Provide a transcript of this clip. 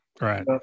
right